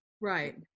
Right